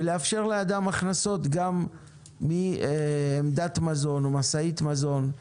ולאפשר לאדם הכנסות גם מעמדת מזון או משאית מזון.